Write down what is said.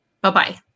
Bye-bye